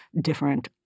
different